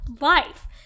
life